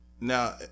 Now